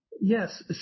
Yes